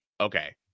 okay